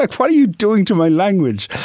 like what are you doing to my language?